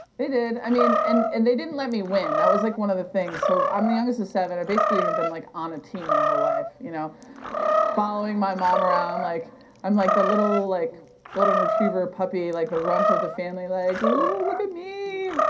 i mean and and they didn't let me win. that was like one of the things, so i'm the youngest of seven. i basically have been like on a team my whole life, you know following my mom around, like i'm like the little like golden retriever puppy, like the runt of the family, like, woo, look at me,